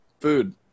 food